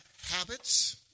habits